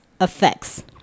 effects